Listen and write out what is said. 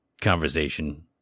conversation